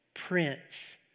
Prince